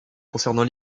concernant